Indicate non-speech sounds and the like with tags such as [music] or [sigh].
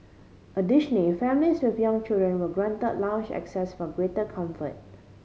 [unintelligible] families with young children were grant lounge access for greater comfort